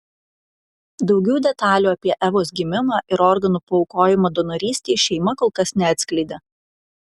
daugiau detalių apie evos gimimą ir organų paaukojimą donorystei šeima kol kas neatskleidė